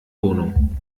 wohnung